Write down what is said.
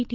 T